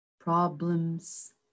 problems